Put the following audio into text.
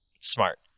smart